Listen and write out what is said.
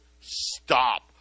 stop